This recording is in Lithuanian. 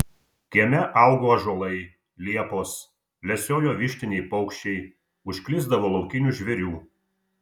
kieme augo ąžuolai liepos lesiojo vištiniai paukščiai užklysdavo laukinių žvėrių